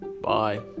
bye